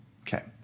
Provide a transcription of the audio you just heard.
Okay